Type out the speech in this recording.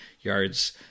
yards